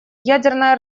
ядерное